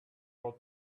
road